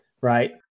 right